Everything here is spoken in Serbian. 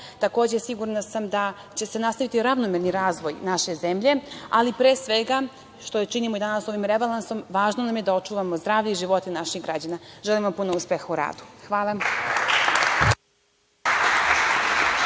Takođe, sigurna sam da će se nastaviti ravnomerni razvoj naše zemlje, ali pre svega, što činimo i danas ovim rebalansom, važno nam je da očuvamo zdravlje i živote naših građana. Želim vam puno uspeha u radu. Hvala.